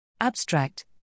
Abstract